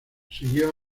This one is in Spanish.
siguió